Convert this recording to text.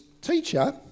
Teacher